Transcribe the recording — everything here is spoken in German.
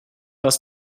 das